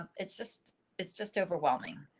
um it's just it's just overwhelming.